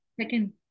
Second